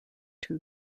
two